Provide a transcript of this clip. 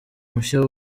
mushya